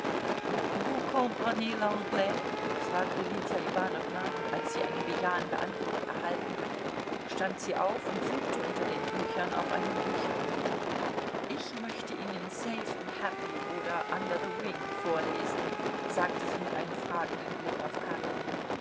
vous comprenez l'anglais fragte lydia iwanowna und als sie eine bejahende antwort erhalten hatte stand sie auf und suchte unter den büchern auf einem bücherbrett ich möchte ihnen safe and happy oder under the wing vorlesen sagte sie mit einem fragenden blick auf